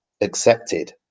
accepted